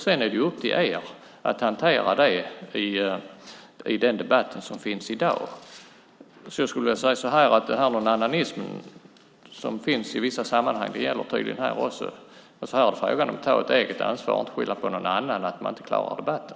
Sedan är det upp till er att hantera det i den debatt som förs i dag. Jag skulle vilja säga att den "nånannanism" som finns i vissa sammanhang tydligen gäller här också. Det är fråga om att ta ett eget ansvar och inte skylla på någon annan för att man inte klarar debatten.